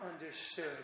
understood